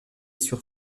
sur